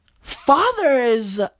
fathers